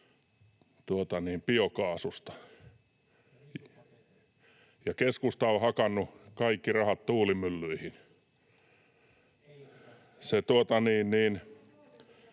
ja keskusta on hakannut kaikki rahat tuulimyllyihin.